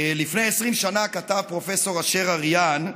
לפני 20 שנה כתב כך פרופ' אשר אריאן,